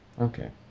Okay